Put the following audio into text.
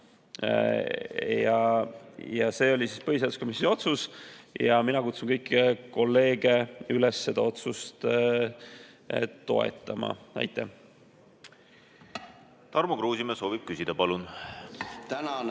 See oli põhiseaduskomisjoni otsus. Mina kutsun kõiki kolleege üles seda otsust toetama. Aitäh! Tarmo Kruusimäe soovib küsida. Palun! Tarmo